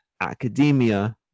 academia